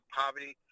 poverty